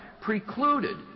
precluded